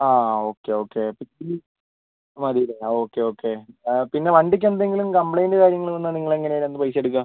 ആ okay okay മതി അല്ലേ ഓക്കെ ഓക്കെ പിന്നെ വണ്ടിക്ക് എന്തെങ്കിലും കംപ്ലൈന്റ് കാര്യങ്ങൾ വന്നാൽ നിങ്ങൾ എങ്ങനെ ഞങ്ങളുടെ കൈയിൽ നിന്ന് പൈസ എടുക്കുക